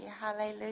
hallelujah